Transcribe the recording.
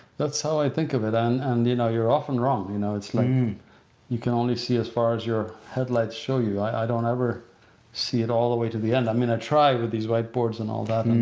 that's how i think of it. um um and you know, you're often wrong. you know like um you can only see as far as your headlights show you. i don't ever see it all the way to the end. i mean i try with these whiteboards and all that,